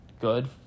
good